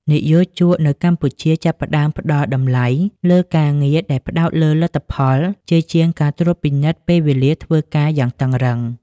និយោជកនៅកម្ពុជាចាប់ផ្តើមផ្តល់តម្លៃលើការងារដែលផ្ដោតលើលទ្ធផល ជាជាងការត្រួតពិនិត្យពេលវេលាធ្វើការយ៉ាងតឹងរ៉ឹង។